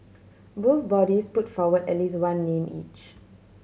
both bodies put forward at least one name each